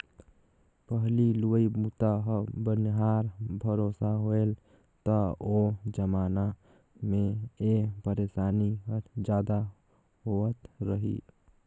पहिली लुवई बूता ह बनिहार भरोसा होवय त ओ जमाना मे ए परसानी हर जादा होवत रही